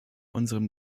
unserem